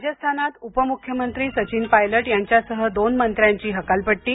राजस्थानात उपमुख्यमंत्री सचिन पायलट यांच्यासह दोन मंत्र्यांची हकालपट्टी